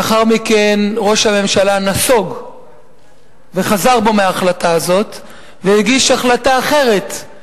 לאחר מכן ראש הממשלה נסוג וחזר בו מההחלטה הזאת והגיש החלטה אחרת,